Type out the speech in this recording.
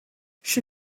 she